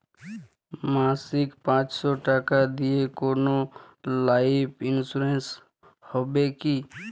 মাসিক পাঁচশো টাকা দিয়ে কোনো লাইফ ইন্সুরেন্স হবে কি?